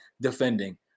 defending